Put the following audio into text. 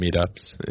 meetups